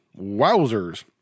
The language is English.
Wowzers